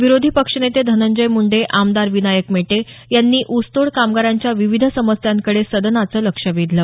विरोधी पक्षनेते धनंजय मुंडे आमदार विनायक मेटे यांनी ऊसतोड कामगारांच्या विविध समस्यांकडे सदनाचं लक्ष वेधलं